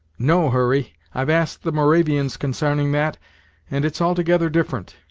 no, hurry, i've asked the moravians consarning that and it's altogether different.